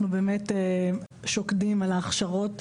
אנחנו באמת שוקדים על ההכשרות.